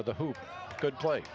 to the who could play